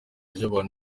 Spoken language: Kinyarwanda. ry’abantu